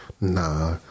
nah